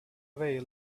away